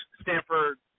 Stanford